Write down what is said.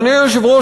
אדוני היושב-ראש,